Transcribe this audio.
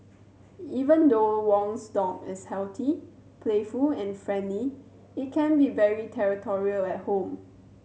even though Wong's dog is healthy playful and friendly it can be very territorial at home